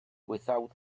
without